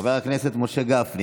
חבר הכנסת משה גפני